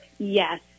Yes